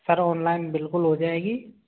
sir online बिल्कुल हो जाएगी